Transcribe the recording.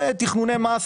אלה תכנוני מס.